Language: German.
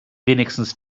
wenigstens